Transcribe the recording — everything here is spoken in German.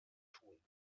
tun